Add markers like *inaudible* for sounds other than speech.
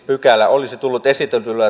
pykälä olisi tullut esitellyllä *unintelligible*